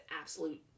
absolute